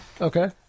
Okay